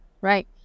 right